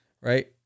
right